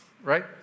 Right